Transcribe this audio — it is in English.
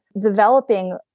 developing